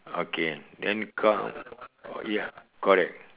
okay then car oh ya correct